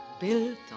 built